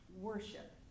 worship